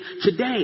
today